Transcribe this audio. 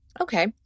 Okay